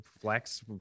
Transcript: flex